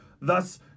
thus